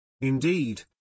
Indeed